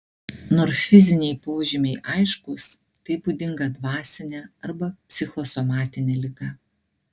nors fiziniai požymiai aiškūs tai būdinga dvasinė arba psichosomatinė liga